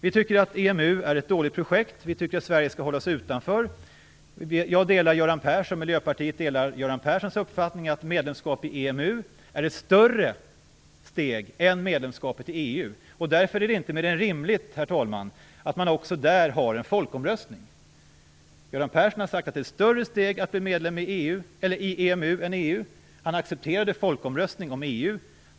Vi tycker att EMU är ett dåligt projekt och att Sverige skall hålla sig utanför. Miljöpartiet delar Göran Perssons uppfattning att medlemskap i EMU är ett större steg än medlemskapet i EU. Därför är det inte mer än rimligt, herr talman, att man också där har en folkomröstning. Göran Persson har sagt att det är ett större steg att bli medlem i EMU än i EU. Han accepterade folkomröstning om EU.